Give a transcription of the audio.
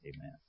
Amen